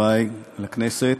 חברי לכנסת,